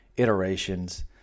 iterations